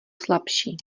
slabší